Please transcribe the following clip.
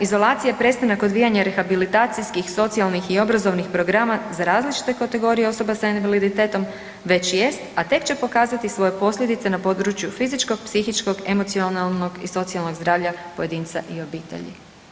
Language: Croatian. Izolacija, prestanak odvijanja rehabilitacijskih, socijalnih i obrazovnih programa za različite kategorije osoba sa invaliditetom već jest, a tek će pokazati svoje posljedice na području fizičkog, psihičkog, emocionalnog i socijalnog zdravlja pojedinca i obitelji.